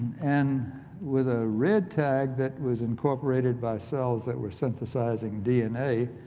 and with a red tag that was intorperated by cells that were senthicizing dna,